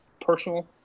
personal